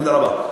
תודה רבה.